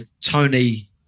Tony